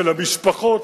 של המשפחות,